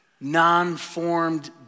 non-formed